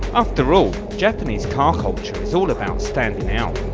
after all japanese car culture is all about standing out.